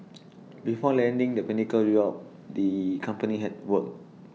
before landing the pinnacle job the company had worked